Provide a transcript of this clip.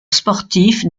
sportif